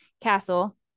castle